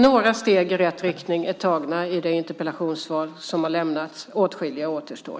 Några steg i rätt riktning är tagna i det interpellationssvar som har lämnats. Åtskilliga återstår.